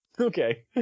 Okay